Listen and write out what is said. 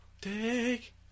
Take